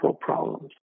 problems